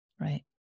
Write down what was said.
right